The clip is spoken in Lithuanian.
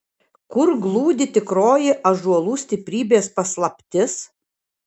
kur glūdi tikroji ąžuolų stiprybės paslaptis